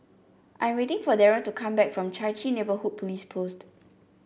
I'm waiting for Darren to come back from Chai Chee Neighbourhood Police Post